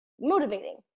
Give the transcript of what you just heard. motivating